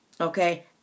Okay